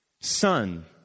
Son